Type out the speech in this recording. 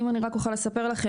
אם אני רק אוכל לספר לכם,